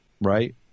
Right